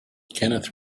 kenneth